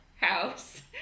house